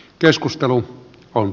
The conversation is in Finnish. keskustelu on